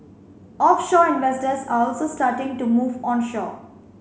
offshore investors are also starting to move onshore